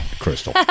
Crystal